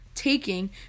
taking